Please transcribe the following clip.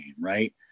right